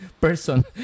person